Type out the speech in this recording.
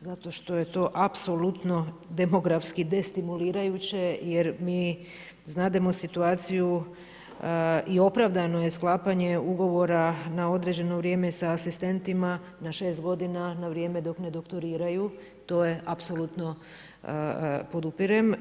zato što je to apsolutno demografski destimulirajuće jer mi znademo situaciju i opravdano je sklapanje ugovora na određeno vrijeme sa asistentima na 6 godina na vrijeme dok ne doktoriraju, to je apsolutno podupirem.